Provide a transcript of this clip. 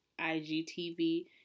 IGTV